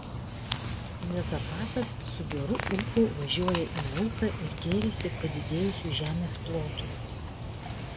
juozapatas su geru ūpu važiuoja į lauką ir gėrisi padidėjusiu žemės plotu